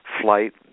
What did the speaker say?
flight